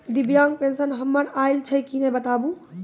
दिव्यांग पेंशन हमर आयल छै कि नैय बताबू?